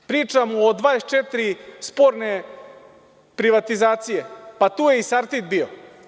Pričamo o 24 sporne privatizacije, pa tu je Sartid bio.